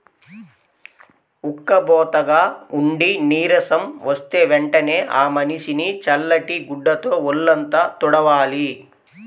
ఉక్కబోతగా ఉండి నీరసం వస్తే వెంటనే ఆ మనిషిని చల్లటి గుడ్డతో వొళ్ళంతా తుడవాలి